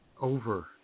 over